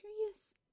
curious